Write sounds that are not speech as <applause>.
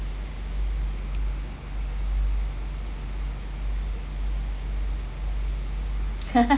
<laughs>